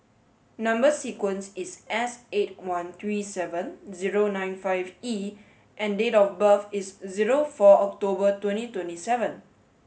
number sequence is S eight one three seven zero nine five E and date of birth is zero four October twenty twenty seven